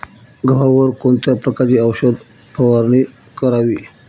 गव्हावर कोणत्या प्रकारची औषध फवारणी करावी?